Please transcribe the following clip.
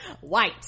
White